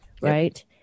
right